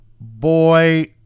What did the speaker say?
boy